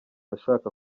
ushaka